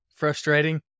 frustrating